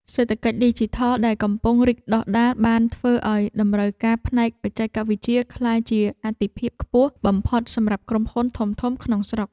សេដ្ឋកិច្ចឌីជីថលដែលកំពុងរីកដុះដាលបានធ្វើឱ្យតម្រូវការផ្នែកបច្ចេកវិទ្យាក្លាយជាអាទិភាពខ្ពស់បំផុតសម្រាប់ក្រុមហ៊ុនធំៗក្នុងស្រុក។